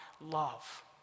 love